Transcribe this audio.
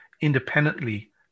independently